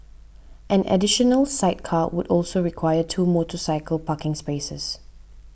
an additional sidecar would also require two motorcycle parking spaces